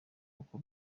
uko